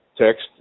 text